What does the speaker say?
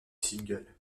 single